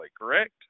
correct